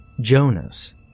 Jonas